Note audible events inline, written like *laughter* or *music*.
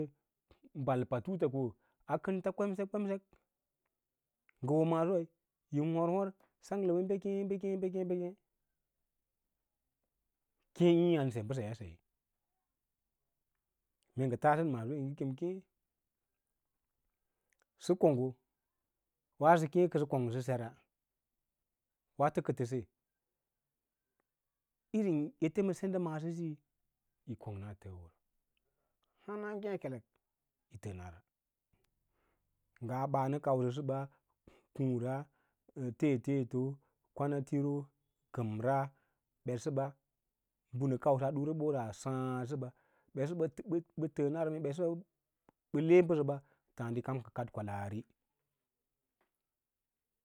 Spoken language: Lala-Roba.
*noise* Bal patuta ko akənta kevemsek kvemsek ngə hoo maasoíyín hav hov sanggme bəkěěbəkeẽ bəkeẽ bəkeẽ keẽ yi an sen mbəseyaaya saiye mee tassən maasoyi ngə kem keẽ sə konggo waaso kem sə kong sə sere waato kə tə se irím ete ma senda maasosiyi yi kong naa təəwo ra hana ngêkelek təənara ngaa baa nə kausə səɓa kuũra hase teteto, kwanatiro, kəmra ɓetsəɓa mbə nə kausəa ɗuraɓora saã səba ɓetsəba təənara, mee ɓetsəɓa ɓə le mbəsəɓa taãoi ma ka kaɗ kwalaari.